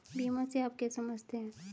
बीमा से आप क्या समझते हैं?